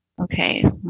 Okay